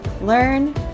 Learn